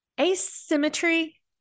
Asymmetry